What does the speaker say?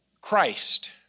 Christ